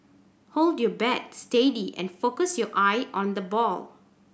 hold your bat steady and focus your eye on the ball